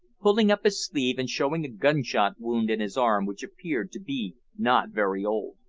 pulling up his sleeve and showing a gun-shot wound in his arm which appeared to be not very old.